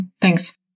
thanks